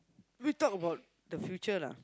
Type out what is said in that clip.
we talk about the future lah